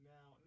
Now